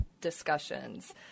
discussions